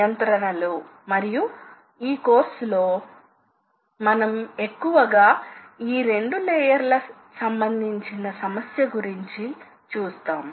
అయితే lathe machine లలో ఏమి జరుగుతుంది అంటే ఇది మీ దగ్గర ఉన్న వర్క్ పీస్ అది హోల్డింగ్ మెకానిజంలో ఉంచబడుతుంది దానిని చక్ అని పిలుస్తారు